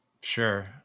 Sure